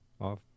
off